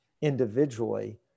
individually